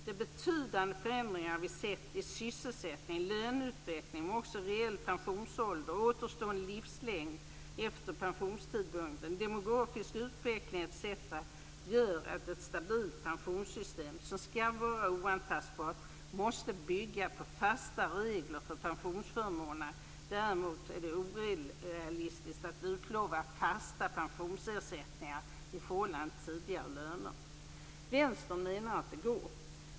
De betydande förändringar vi sett i sysselsättning, löneutveckling men också i reell pensionsålder, återstående livslängd efter pensionstidpunkten, demografisk utveckling etc. gör att ett stabilt pensionssystem, som skall vara oantastbart, måste bygga på fasta regler för pensionsförmånerna. Däremot är det orealistiskt att utlova fasta pensionsersättningar i förhållande till tidigare löner. Vänstern menar att det går.